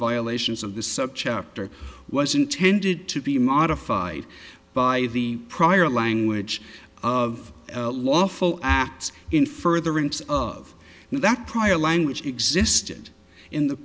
violations of the subchapter was intended to be modified by the prior language of lawful act in furtherance of that prior language existed in the